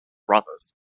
brothers